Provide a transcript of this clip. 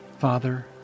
father